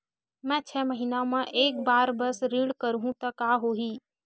मैं छै महीना म एक बार बस ऋण करहु त का होही?